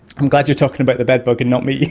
i'm glad you're talking about the bedbug and not me!